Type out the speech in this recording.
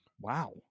Wow